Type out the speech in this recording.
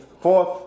fourth